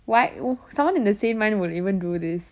why w~ someone in a sane mind would even do this